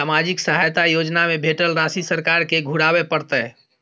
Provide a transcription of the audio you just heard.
सामाजिक सहायता योजना में भेटल राशि सरकार के घुराबै परतै?